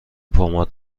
پماد